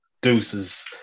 deuces